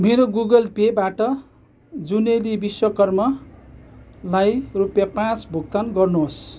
मेरो गुगल पेबाट जुनेली विश्वकर्मलाई रुपियाँ पाँच भुक्तान गर्नुहोस्